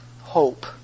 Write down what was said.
hope